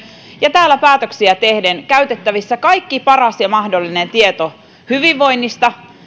ja täällä päätöksiä tehdessämme käytettävissä kaikki paras ja mahdollinen tieto hyvinvoinnista